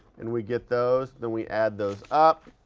and we get those then we add those up